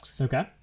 Okay